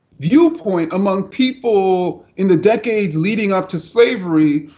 viewpoint among people in the decades leading up to slavery,